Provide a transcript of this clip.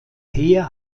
heer